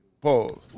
Pause